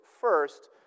first